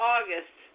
August